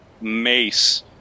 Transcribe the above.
mace